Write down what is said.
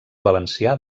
valencià